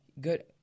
Good